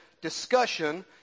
discussion